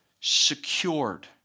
secured